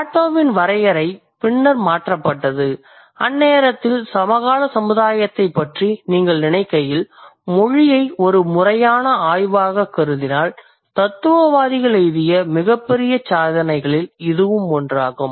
பிளேட்டோவின் வரையறை பின்னர் மாற்றப்பட்டது அந்நேரத்தில் சமகால சமுதாயத்தைப் பற்றி நீங்கள் நினைக்கையில் மொழியை ஒரு முறையான ஆய்வாக கருதினால் தத்துவவாதிகள் எய்திய மிகப்பெரிய சாதனைகளில் இதுவும் ஒன்றாகும்